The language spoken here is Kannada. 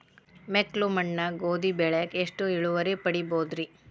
ಮೆಕ್ಕಲು ಮಣ್ಣಾಗ ಗೋಧಿ ಬೆಳಿಗೆ ಎಷ್ಟ ಇಳುವರಿ ಪಡಿಬಹುದ್ರಿ?